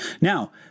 Now